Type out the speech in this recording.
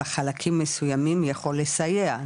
בחלקים מסוימים יכול לסייע,